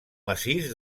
massís